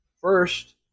First